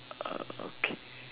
uh okay